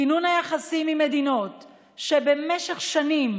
כינון היחסים עם מדינות שבמשך שנים